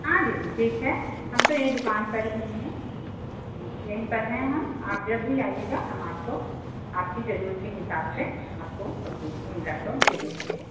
हाँ दीदी ठीक है हम तो यहीं दुकान पर ही हैं हाँ यहीं पर हैं हम आप जब भी आइएगा हम आपको आपके ज़रूरत के हिसाब से आपको कंप लैपटॉप दे देंगे